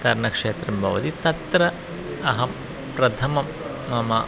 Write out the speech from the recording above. तरणक्षेत्रं भवति तत्र अहं प्रथमं मम